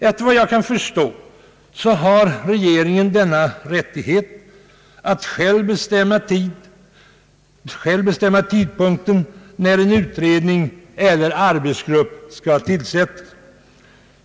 Efter vad jag kan förstå har regeringen rättigheten att själv bestämma tidpunkten för när en utredning eller arbetsgrupp skall tillsättas.